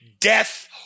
death